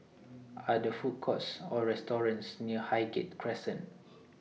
Are There Food Courts Or restaurants near Highgate Crescent